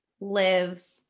live